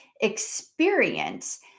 experience